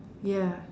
ya